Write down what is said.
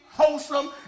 wholesome